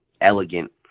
elegant